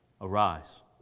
arise